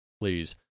please